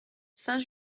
saint